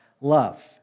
love